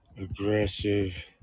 aggressive